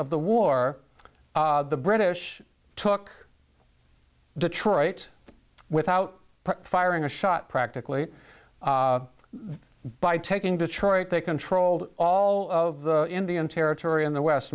of the war the british took detroit without firing a shot practically by taking detroit they controlled all of the indian territory in the west